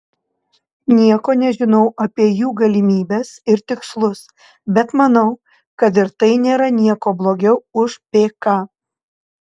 nieko nežinau apie jų galimybes ir tikslus bet manau kad ir tai nėra niekuo blogiau už pk